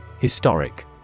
Historic